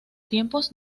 tiempos